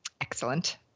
excellent